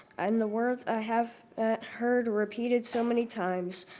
and the words i have heard repeated so many times.